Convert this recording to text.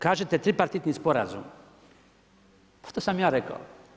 Kažete tripartitni sporazum, pa to sam ja rekao.